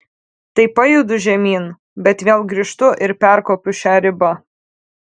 tai pajudu žemyn bet vėl grįžtu ir perkopiu šią ribą